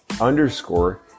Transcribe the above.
underscore